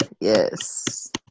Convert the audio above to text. Yes